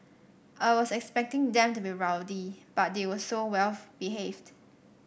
I was expecting them to be rowdy but they were so well behaved